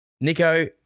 Nico